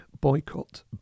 boycott